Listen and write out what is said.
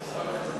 שלא יבלע את הלשון.